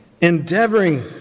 endeavoring